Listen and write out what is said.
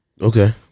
Okay